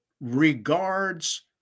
regards